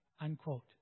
Unquote